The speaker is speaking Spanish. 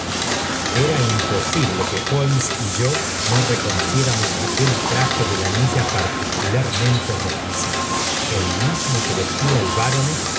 era imposible que holmes y yo no reconociéramos aquel traje de lanilla particularmente rojiza el mismo que vestía el baronet